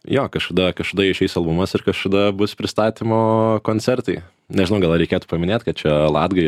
jo kažkada kažkada išeis albumas ir kažkada bus pristatymo koncertai nežinau gal reikėtų paminėt kad čia latgai